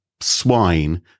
swine